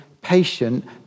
patient